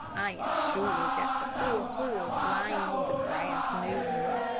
i am sure that the poor horse lying on the grass knew her.